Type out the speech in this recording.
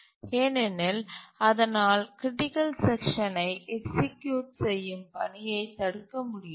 ஏனெனில் அதனால் க்ரிட்டிக்கல் செக்ஷன்யை எக்சீக்யூட் செய்யும் பணியைத் தடுக்க முடியாது